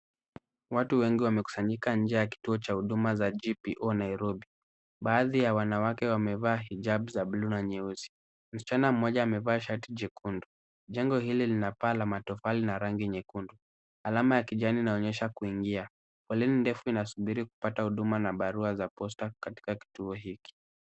Watu wengi wamekusanyika nje ya kituo cha huduma J.P.O. Nairobi. Baadhi ya wanawake wamevaa hijab za buluu na nyeusi .Msichana mmoja amevaa shati jekundu. Jengo hili Lina paa la mtofali na rangi nyekundu. Alama ya kijani inaonyesha kuingia. Foleni ndefu inasubiri kupata huduma na barua za Posta katika kituo hiki.